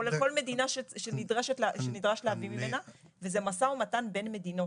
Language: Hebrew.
כולל כל מדינה שנדרש להביא ממנה וזה משא ומתן בין מדינות.